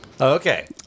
okay